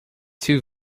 two